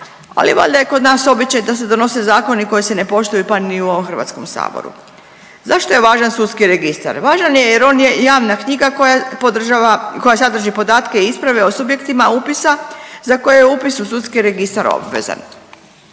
ali valjda je kod nas običaj da se donose zakoni koji se ne poštuju, pa ni u ovom HS. Zašto je važan sudski registar? Važan je jer on je javna knjiga koja podržava, koja sadrži podatke i isprave o subjektima upisa za koje je upis u sudski registar obvezan.